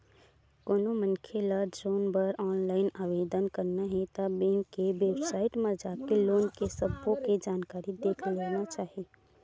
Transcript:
कोनो मनखे ल लोन बर ऑनलाईन आवेदन करना हे ता बेंक के बेबसाइट म जाके लोन के सब्बो के जानकारी देख लेना चाही